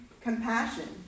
compassion